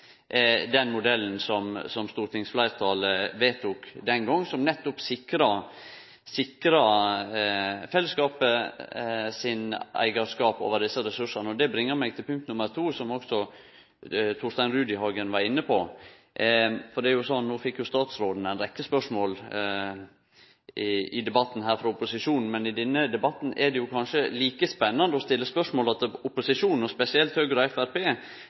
den modellen som stortingsfleirtalet vedtok den gongen, som nettopp sikra fellesskapen sin eigarskap over desse ressursane. Det bringar meg til punkt nr. 2, som også Torstein Rudihagen var inne på. Statsråden fekk no ei rekke spørsmål frå opposisjon i debatten, men i denne debatten er det kanskje like spennande å stille spørsmåla til opposisjonen – spesielt til Høgre og